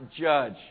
judge